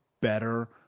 better